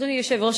אדוני היושב-ראש,